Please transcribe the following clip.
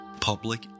Public